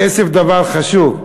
כסף דבר חשוב.